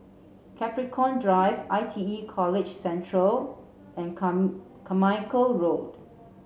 Capricorn Drive I T E College Central and Carmichael Road